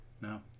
no